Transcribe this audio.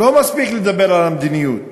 לא מספיק לדבר על המדיניות